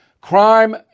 Crime